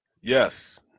Yes